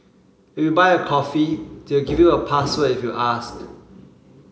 if you buy a coffee they'll give you a password if you ask